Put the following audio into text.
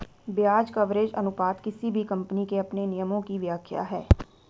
ब्याज कवरेज अनुपात किसी भी कम्पनी के अपने नियमों की व्याख्या है